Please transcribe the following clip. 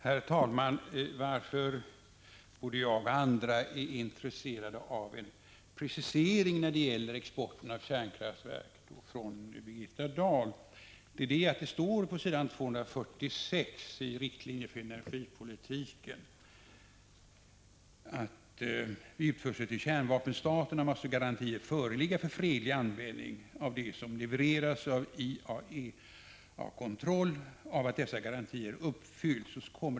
Herr talman! Varför både jag och andra är intresserade av en precisering från Birgitta Dahl när det gäller export av kärnkraftverk är att det på s. 246 i propositionen om riktlinjer för energipolitiken står: ”Vid utförsel till kärnvapenstaterna måste garantier föreligga för fredlig användning av det som levereras och IAEA-kontroll av att dessa garantier uppfylls.